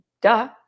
duh